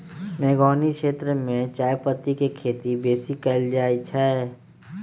मेघौनी क्षेत्र में चायपत्ति के खेती बेशी कएल जाए छै